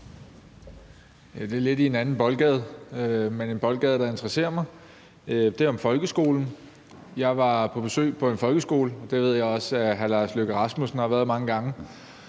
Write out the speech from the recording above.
Det er lidt i en anden boldgade, men en boldgade, der interesserer mig. Det er om folkeskolen. Jeg var på besøg på en folkeskole – og det ved jeg at hr. Lars Løkke Rasmussen også har været mange gange